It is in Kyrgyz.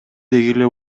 дегеле